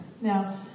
Now